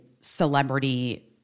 celebrity